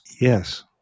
Yes